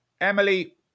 Emily